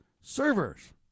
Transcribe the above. servers